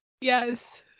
Yes